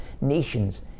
nations